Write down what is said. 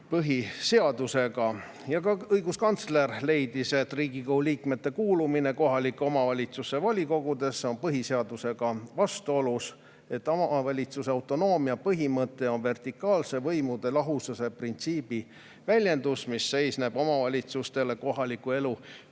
põhiseadusega. Ka õiguskantsler leidis, et Riigikogu liikmete kuulumine kohaliku omavalitsuse volikogusse on põhiseadusega vastuolus ja et omavalitsuse autonoomia põhimõte on vertikaalse võimude lahususe printsiibi väljendus, mis seisneb omavalitsustele kohaliku elu